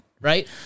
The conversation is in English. right